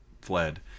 fled